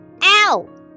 ow